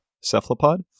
cephalopod